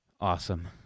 Awesome